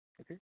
Okay